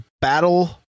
Battle